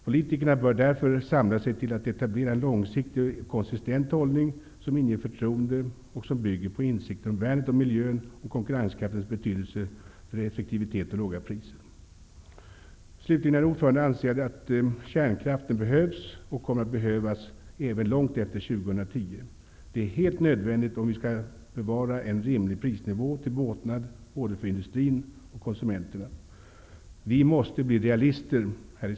Politikerna bör därför samla sig till att etablera en långsiktig och konsistent hållning, som inger förtroende och som bygger på insikten om värnet om miljön, om konkurrenskraftens betydelse för effektivitet och låga priser. Slutligen anser jag att kärnkraften behövs och kommer att behövas även långt efter år 2010. Det är helt nödvändigt, om vi skall bevara en rimlig prisnivå till båtnad för både industrin och konsumenterna. Vi måste bli realister.